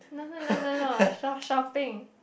no no no no no shop shopping